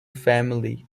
family